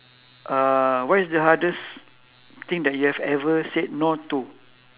uh what is the hardest thing that you have ever said no to